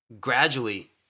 Gradually